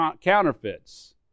counterfeits